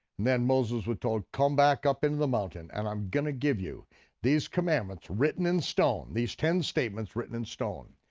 then moses was told come back in the mountain, and i'm going to give you these commandments written in stone, these ten statements written in stone.